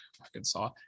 Arkansas